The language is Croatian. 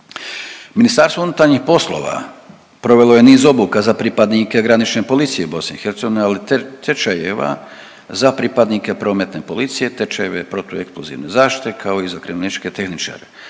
Oružane snage RH. MUP provelo je niz obuka za pripadnike granične policije BiH, ali i tečajeva za pripadnike prometne policije, tečajeve protueksplozivne zaštite kao i za kriminalističke tehničare.